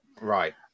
Right